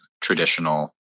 traditional